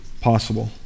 possible